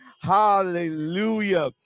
Hallelujah